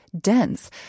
dense